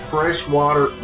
Freshwater